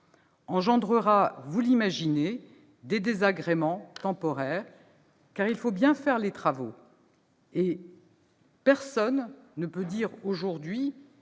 -engendrera, vous l'imaginez, des désagréments temporaires, car il faudra bien réaliser les travaux. Personne ne peut affirmer aujourd'hui